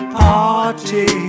party